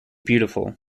beautiful